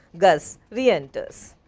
gus reenters,